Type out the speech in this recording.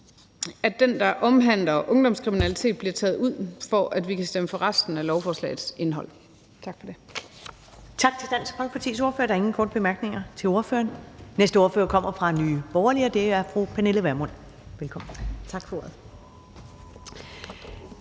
at det, der omhandler ungdomskriminalitet, bliver taget ud, for at vi kan stemme for resten af lovforslagets indhold. Tak for det.